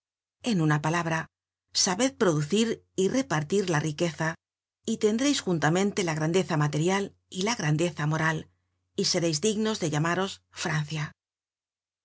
en una palabra sabed producir y repartir la riqueza y tendreis juntamente la grandeza material y la grandeza moral y sereis dignos de llamaros francia